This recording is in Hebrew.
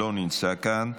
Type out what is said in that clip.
לא נמצא כאן.